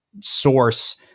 source